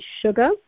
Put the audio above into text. sugar